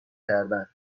کردن